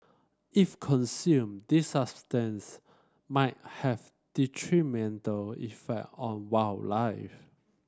if consumed these substance might have detrimental effect on wildlife